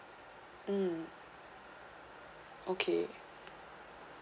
um okay